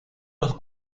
los